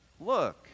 look